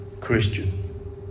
Christian